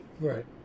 Right